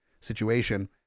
situation